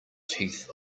teeth